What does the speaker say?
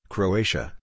Croatia